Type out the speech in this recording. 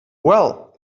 well